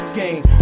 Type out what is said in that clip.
game